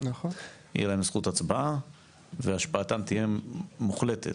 תהיה להם זכות הצבעה והשפעתם תהיה מוחלטת.